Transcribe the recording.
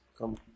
come